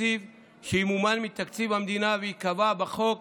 תקציב שימומן מתקציב המדינה וייקבע בחוק